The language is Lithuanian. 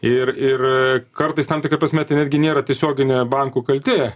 ir ir kartais tam tikra prasme tai netgi nėra tiesioginė bankų kaltė